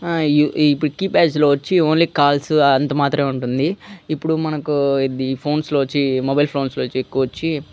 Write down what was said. ఇప్పుడు కీప్యాడ్స్లో వచ్చి ఓన్లీ కాల్స్ అంతంత మాత్రమే ఉంటుంది ఇప్పుడు మనకు ఈ ఫోన్స్లో వచ్చి మొబైల్ ఫోన్స్లో ఎక్కువచ్చి